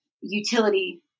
utility